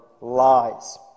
lies